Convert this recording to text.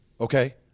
okay